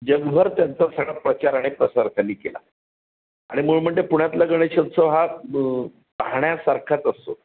जगभर त्यांचा प्रचार आणि प्रसार त्यांनी केला आणि मूळ म्हणजे पुण्यातला गणेशोत्सव हा ब पाहण्यासारखाच असतो